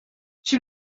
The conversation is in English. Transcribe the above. she